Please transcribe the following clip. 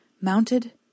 mounted